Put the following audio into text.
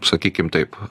sakykim taip